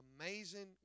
Amazing